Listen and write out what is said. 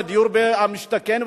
לדיור למשתכן,